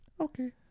Okay